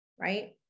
right